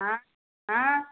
आं आं